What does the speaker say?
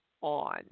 on